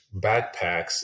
backpacks